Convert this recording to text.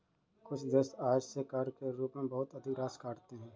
कुछ देश आय से कर के रूप में बहुत अधिक राशि काटते हैं